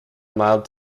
mild